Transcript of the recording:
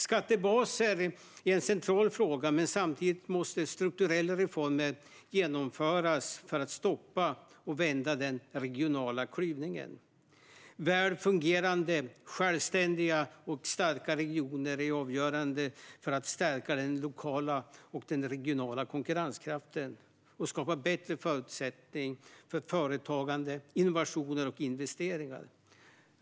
Skattebaser är en central fråga, men samtidigt måste strukturella reformer genomföras för att stoppa och vända den regionala klyvningen. Välfungerande, självständiga och starka regioner är avgörande för att stärka den lokala och den regionala konkurrenskraften och skapa bättre förutsättningar för företagande, innovationer och investeringar.